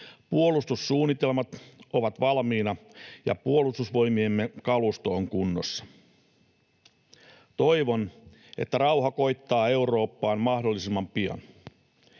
Puolustussuunnitelmat ovat valmiina, ja Puolustusvoimiemme kalusto on kunnossa. Toivon, että rauha koittaa Eurooppaan mahdollisimman pian.